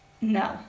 no